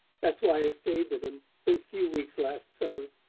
that's why i stayed with him those few weeks last summer.